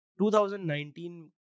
2019